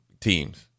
teams